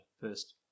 first